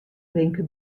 drinke